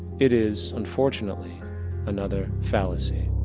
it is unfortunately another fallacy.